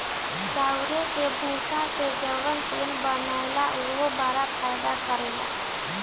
चाउरे के भूसी से जवन तेल बनेला उहो बड़ा फायदा करेला